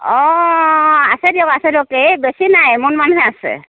অ আছে দিয়ক আছে দিয়ক এই বেছি নাই এমোন মানহে আছে